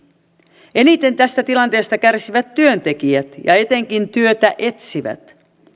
eniten tästä tilanteesta kärsivät työntekijät ja etenkin työtä etsivät